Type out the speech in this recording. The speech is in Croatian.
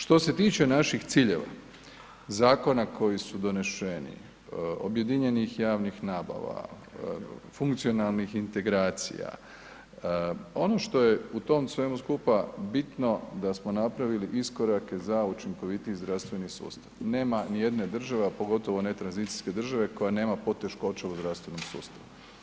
Što se tiče naših ciljeva, zakona koji su doneseni, objedinjenih javnih nabava, funkcionalnih integracija, ono što je u tom svemu skupa bitno da smo napravili iskorake za učinkovitiji zdravstveni sustav, nema nijedne države, a pogotovo ne tranzicijske države koja nema poteškoća u zdravstvenom sustavu.